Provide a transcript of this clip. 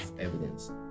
evidence